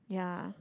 yeah